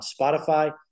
Spotify